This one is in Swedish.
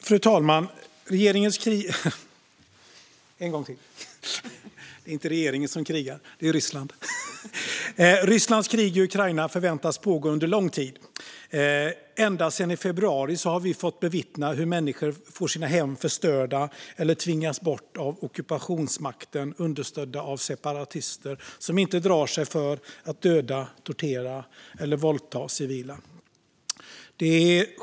Fru talman! Rysslands krig i Ukraina förväntas pågå under lång tid. Ända sedan i februari har vi fått bevittna hur människor får sina hem förstörda eller tvingas bort av ockupationsmakten, vilken understöds av separatister som inte drar sig för att döda, tortera eller våldta civila.